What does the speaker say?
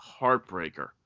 heartbreaker